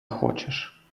хочеш